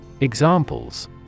Examples